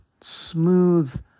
Smooth